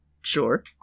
Sure